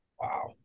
Wow